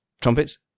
Trumpets